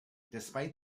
despite